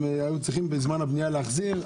הם היו צריכים בזמן הבנייה להחזיר.